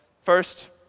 first